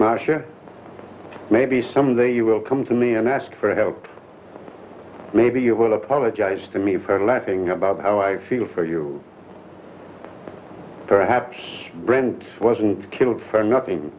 sure maybe someday you will come to me and ask for help maybe you will apologize to me for laughing about how i feel for you perhaps brant wasn't killed for nothing